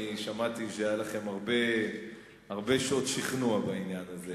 שמעתי שהיו לכם הרבה שעות שכנוע בעניין הזה.